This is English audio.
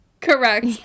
Correct